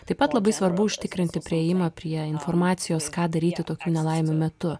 taip pat labai svarbu užtikrinti priėjimą prie informacijos ką daryti tokių nelaimių metu